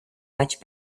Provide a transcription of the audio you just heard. much